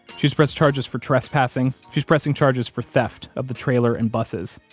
she's pressed charges for trespassing. she's pressing charges for theft of the trailer and buses,